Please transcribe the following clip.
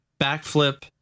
backflip